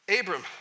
Abram